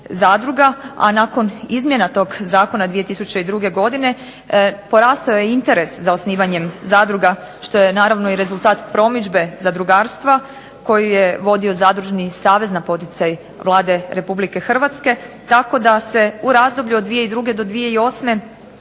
a nakon izmjena tog zakona 2002. godine porastao je interes za osnivanjem zadruga što je naravno i rezultat promidžbe zadrugarstva koju je vodio Zadružni savez na poticaj Vlade Republike Hrvatske. Tako da se u razdoblju od 2002. do 2008. osniva